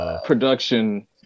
Production